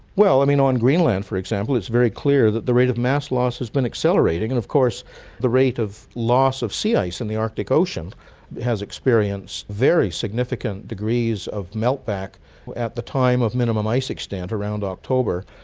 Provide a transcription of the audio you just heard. um you know on greenland, for example, it's very clear that the rate of mass loss has been accelerating, and of course the rate of loss of sea ice in the arctic ocean has experienced very significant degrees of melt-back at the time of minimum ice extent, around october,